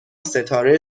ستاره